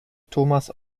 thomas